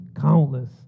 Countless